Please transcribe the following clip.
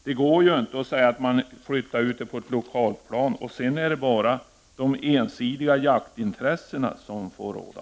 Det går ju inte att bara flytta ut besluten till lokalplanet och sedan låta de ensidiga jaktintressena få råda.